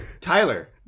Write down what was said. Tyler